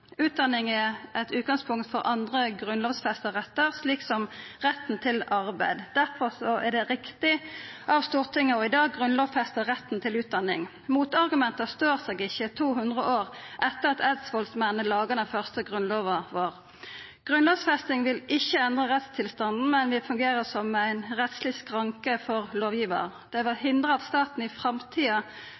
Utdanning er eit utgangspunkt for andre grunnlovfesta rettar, slik som retten til arbeid. Derfor er det riktig av Stortinget i dag å grunnlovfesta retten til utdanning. Motargumenta står seg ikkje 200 år etter at eidsvollsmennene laga den første grunnlova vår. Grunnlovfesting vil ikkje endra rettstilstanden, men vil fungera som ein rettsleg skranke for lovgivar. Det vil hindra at staten i framtida